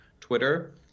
Twitter